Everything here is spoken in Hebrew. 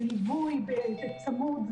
וליווי צמוד,